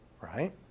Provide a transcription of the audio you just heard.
right